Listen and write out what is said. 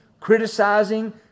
Criticizing